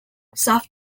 soft